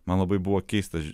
man labai buvo keista